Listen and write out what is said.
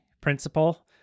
principle